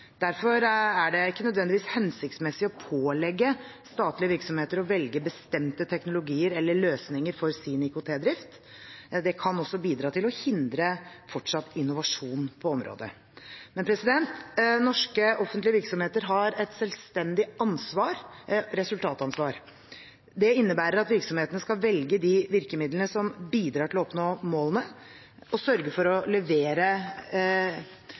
Derfor er det ikke nødvendigvis hensiktsmessig å pålegge statlige virksomheter å velge bestemte teknologier eller løsninger for sin IKT-drift. Det kan også bidra til å hindre fortsatt innovasjon på området. Norske offentlige virksomheter har et selvstendig resultatansvar. Det innebærer at virksomheten skal velge de virkemidlene som bidrar til å oppnå målene, og sørge for å levere